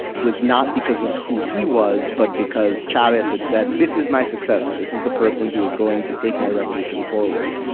was not because of who he was but because chavez had said this is my successor, this is the person who was going to take my revolution forward.